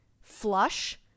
flush